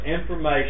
information